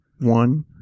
one